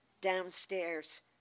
Downstairs